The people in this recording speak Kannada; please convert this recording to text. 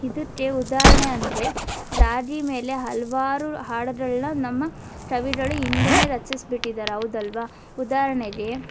ಇದಕ್ಕೆ ಉದಾಹರ್ಣೆ ಅಂದರೆ ರಾಗಿ ಮೇಲೆ ಹಲವಾರು ಹಾಡುಗಳನ್ನ ನಮ್ಮ ಕವಿಗಳು ಹಿಂದೆನೇ ರಚಿಸಿ ಬಿಟ್ಟಿದಾರೆ ಹೌದಲ್ವಾ ಉದಾಹರ್ಣೆಗೆ